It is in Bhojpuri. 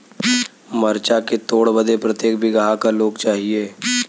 मरचा के तोड़ बदे प्रत्येक बिगहा क लोग चाहिए?